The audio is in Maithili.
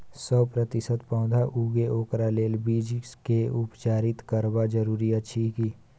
सौ प्रतिसत पौधा उगे ओकरा लेल बीज के उपचारित करबा जरूरी अछि की?